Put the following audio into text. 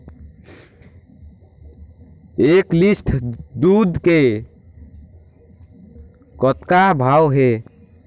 एक लिटर दूध के कतका भाव हे?